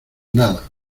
nada